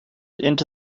into